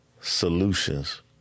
solutions